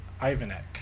Ivanek